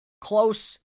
close